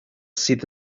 sydd